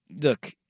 look